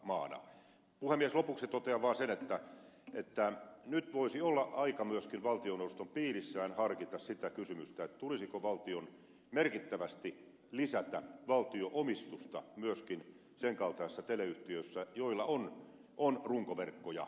lopuksi totean vaan sen että nyt voisi olla aika myöskin valtioneuvoston piirissään harkita sitä kysymystä tulisiko valtion merkittävästi lisätä valtio omistusta myöskin sen kaltaisissa teleyhtiöissä joilla on runkoverkkoja